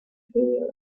imperial